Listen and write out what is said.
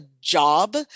job